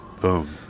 Boom